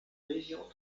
régions